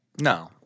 No